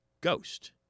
Ghost